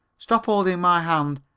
stop holding my hand!